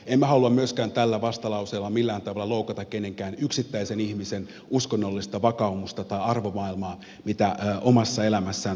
emme halua myöskään tällä vastalauseella millään tavalla loukata kenenkään yksittäisen ihmisen uskonnollista vakaumusta tai arvomaailmaa jota omassa elämässään toteuttaa